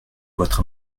votre